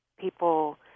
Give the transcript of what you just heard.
people